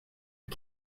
you